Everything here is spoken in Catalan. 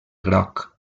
groc